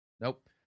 Nope